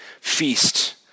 feast